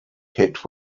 hit